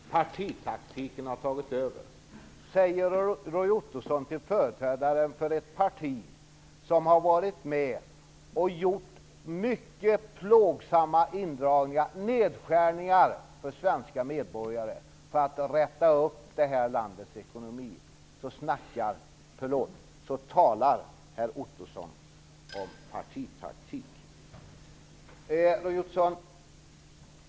Fru talman! Partitaktiken har tagit över, säger Roy Ottosson till en företrädare för ett parti som har varit med och gjort för svenska medborgare mycket plågsamma indragningar och nedskärningar för att räta upp landets ekonomi. Så talar herr Ottosson om partitaktik!